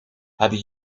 hebben